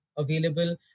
available